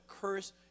curse